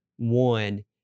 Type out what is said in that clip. One